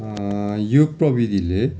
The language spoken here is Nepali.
यो प्रविधिले